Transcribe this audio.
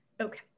Okay